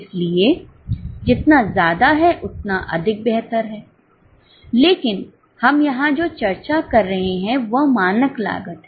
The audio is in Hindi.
इसलिए जितना ज्यादा है उतना अधिक बेहतर है लेकिन हम यहां जो चर्चा कर रहे हैं वह मानक लागत है